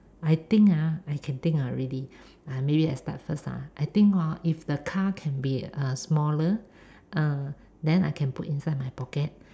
I think ah I can think already uh maybe I start first ah I think hor if the car can be uh smaller err then I can put inside my pocket